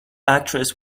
actress